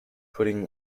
putting